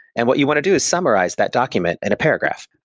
and what you want to do is summarize that document in a paragraph.